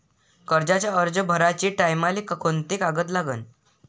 कर्जाचा अर्ज भराचे टायमाले कोंते कागद लागन?